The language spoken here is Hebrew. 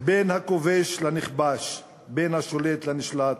בין הכובש לנכבש, בין השולט לנשלט.